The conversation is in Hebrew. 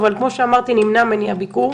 אבל נמנע ממני הביקור.